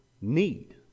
need